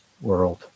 world